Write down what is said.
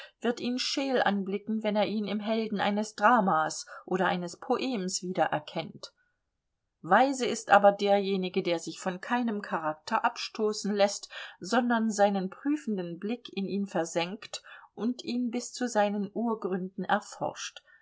wird ihn scheel anblicken wenn er ihn im helden eines dramas oder eines poems wiedererkennt weise ist aber derjenige der sich von keinem charakter abstoßen läßt sondern seinen prüfenden blick in ihn versenkt und ihn bis zu seinen urgründen erforscht